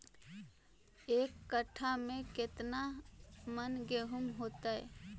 एक कट्ठा में केतना मन गेहूं होतै?